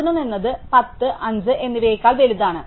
11 എന്നത് 10 5 എന്നിവയേക്കാൾ വലുതാണ്